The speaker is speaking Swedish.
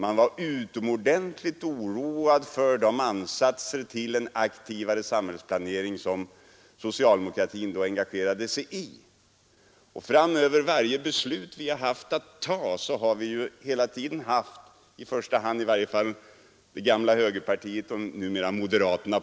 Man var utomordentligt oroad för de ansatser till en aktivare samhällsplanering som socialdemokratin då engagerade sig i, och för varje beslut vi tagit har vi hela tiden på den andra kanten haft i första hand det gamla högerpartiet och numera moderaterna.